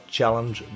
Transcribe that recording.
Challenge